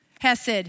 hesed